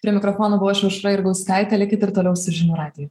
prie mikrofono buvau aušra jurgauskaitė likit ir toliau su žinių radiju